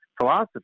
philosophy